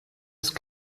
ist